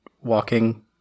walking